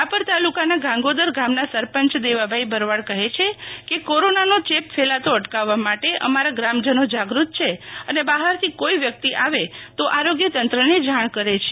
રાપર તાલુકા ના ગાંગોદર ગામ ના સરપંચ દેવાભાઈ ભરવાડ કહે છે કે કોરોના નો ચેપ ફેલાતો અટકાવવા માટે અમારા ગ્રામ જનો જાગૃ ત છે અને બહાર થી કોઈ વ્યક્તિ આવે તો આરોગ્ય તંત્ર ને જાણ કરે છે